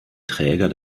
träger